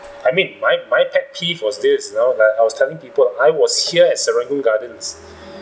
I mean my my pet peeve was this you know like that I was telling people I was here at serangoon gardens